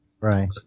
Right